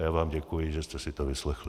A já vám děkuji, že jste si to vyslechli.